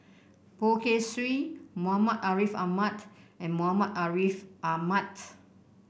Poh Kay Swee Muhammad Ariff Ahmad and Muhammad Ariff Ahmad